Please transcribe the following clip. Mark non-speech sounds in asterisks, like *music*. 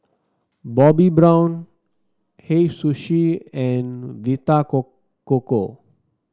Bobbi Brown Hei Sushi and Vita *unintelligible* Coco